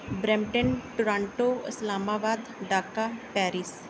Brampton Toronto Islamabad Dhaka Paris